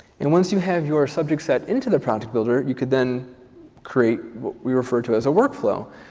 and once you have your subject set into the project builder, you can then create what we refer to as a workflow.